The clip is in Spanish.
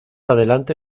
adelante